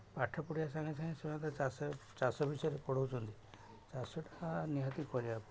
ପଠା ପଢ଼ିବା ସାଙ୍ଗେ ସାଙ୍ଗେ ସେମାନେ ଚାଷରେ ଚାଷ ବିଷୟରେ ପଢ଼ାଉଛନ୍ତି ଚାଷଟା ନିହାତି କରିବାକୁ ପଡ଼ିବ